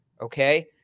Okay